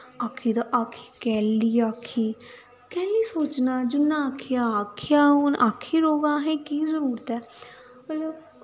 आखी ते आखी कैल्ली केह आखी केल्ली सोचना जिन्नै आखेआ आखेआ हून आखी ओड़ेआ असें केह् जरूरत ऐ मतलब